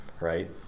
right